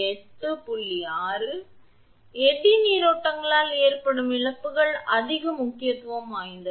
எனவே எடி நீரோட்டங்களால் ஏற்படும் இழப்புகள் அதிக முக்கியத்துவம் வாய்ந்தவை